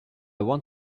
want